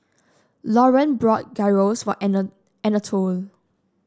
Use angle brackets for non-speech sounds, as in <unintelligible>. Lauren bought Gyros for <unintelligible> Anatole